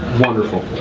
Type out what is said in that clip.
wonderful.